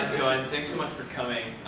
going? thanks so much for coming.